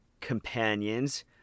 companions